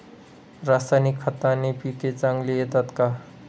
रासायनिक खताने पिके चांगली येतात का?